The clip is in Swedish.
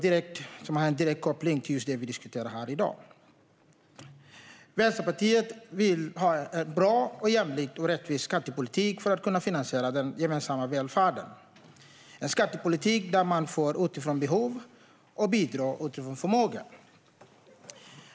Det har en direkt koppling till det vi diskuterar här i dag. Vänsterpartiet vill ha en bra, jämlik och rättvis skattepolitik för att kunna finansiera den gemensamma välfärden - en skattepolitik där man får utifrån behov och bidrar utifrån förmåga.